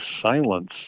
silence